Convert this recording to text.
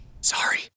Sorry